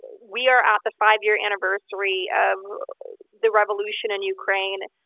we are at the five-year anniversary of the revolution in ukraine.